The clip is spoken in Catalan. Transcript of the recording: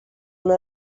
una